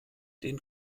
den